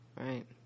Right